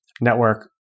network